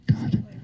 God